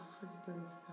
husbands